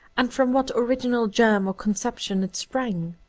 and from what original germ or conception it sprang.